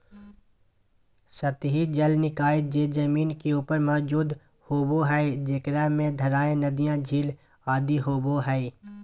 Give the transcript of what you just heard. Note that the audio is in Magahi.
सतही जल निकाय जे जमीन के ऊपर मौजूद होबो हइ, जेकरा में धाराएँ, नदियाँ, झील आदि होबो हइ